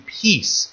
peace